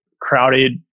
crowded